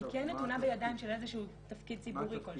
היא כן נתונה בידיים של איזשהו תקפיד ציבורי כלשהו.